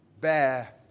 bear